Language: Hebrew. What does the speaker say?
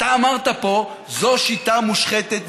אתה אמרת פה: זו שיטה מושחתת,